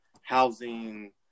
housing